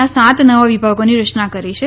ના સાત નવા વિભાગોની રચના કરી છે